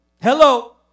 Hello